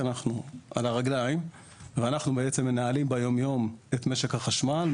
אנחנו מנהלים ביום יום את משק החשמל,